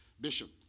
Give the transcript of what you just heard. bishop